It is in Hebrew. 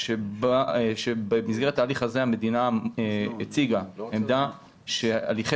במסגרת ההליך הזה המדינה הציגה עמדה שהליכי